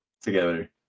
together